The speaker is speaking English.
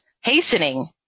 hastening